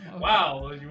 Wow